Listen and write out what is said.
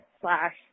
slash